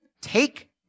take